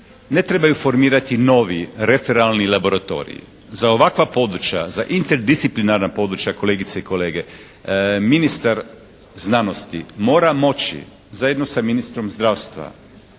ne trebaju formirati novi reteralni laboratoriji. Za ovakvu područja, za interdisciplinarna područja, kolegice i kolege, ministar znanosti mora moći zajedno sa ministrom zdravstva